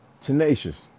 Tenacious